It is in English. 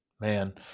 Man